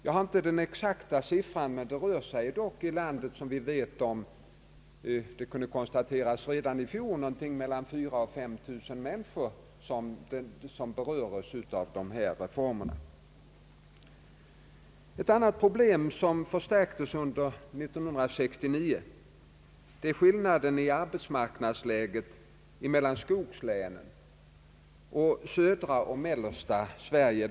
Jag har inte den exakta siffran, men det är dock som vi vet — det kunde konstateras redan i fjol — 4 000 å 5 000 människor som berörs av dessa reformer. Ett annat problem som förstärktes under 1969 är skillnaden i arbetsmarknadsläge mellan skogslänen och södra och mellersta Sverige.